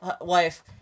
wife